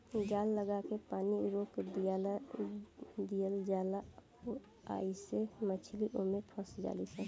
जाल लागा के पानी रोक दियाला जाला आइसे मछली ओमे फस जाली सन